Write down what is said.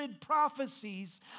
prophecies